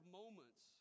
moments